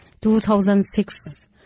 2006